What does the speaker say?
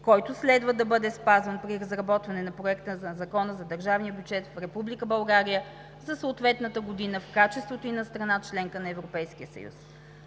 който следва да бъде спазван при разработване на Проекта за Закона за държавния бюджет в Република България за съответната година, в качеството й на страна – членка на Европейския съюз.